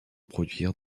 produire